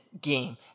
game